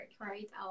right